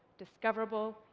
discoverable,